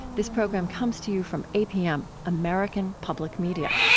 this program comes to you from apm, american public media